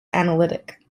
analytic